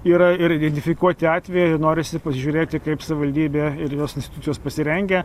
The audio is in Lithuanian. yra ir identifikuoti atvejai ir norisi pasižiūrėti kaip savivaldybė ir jos institucijos pasirengę